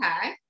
okay